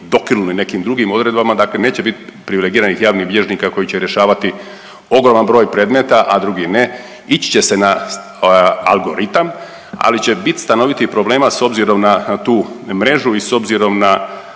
dokinuli nekim drugim odredbama, dakle neće biti privilegiranih javnih bilježnika koji će rješavati ogroman broj predmeta, a drugi ne. Ići će se algoritam, ali će biti stanovitih problema s obzirom na tu mrežu i s obzirom na